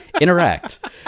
interact